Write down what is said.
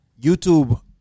YouTube